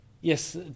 yes